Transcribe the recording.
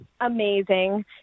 amazing